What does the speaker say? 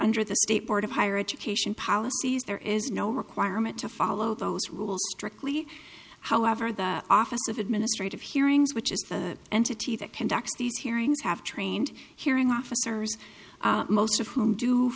under the state board of higher education policies there is no requirement to follow those rules strictly however the office of administrative hearings which is the entity that conducts these hearings have trained hearing officers most of whom do